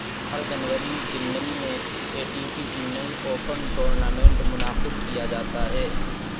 ہر جنوری چنئی میں A T P Chennai Open tournament منعقد کیا جاتا ہے